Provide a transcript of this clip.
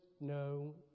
no